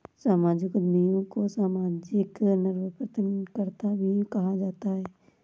सामाजिक उद्यमियों को सामाजिक नवप्रवर्तनकर्त्ता भी कहा जाता है